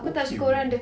okay apa